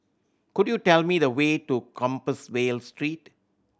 could you tell me the way to Compassvale Street